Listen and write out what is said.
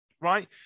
right